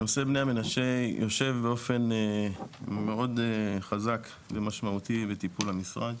נושא בני המנשה יושב באופן מאוד חזק ומשמעותי בטיפול המשרד.